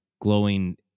glowing